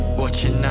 watching